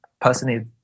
personally